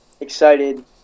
excited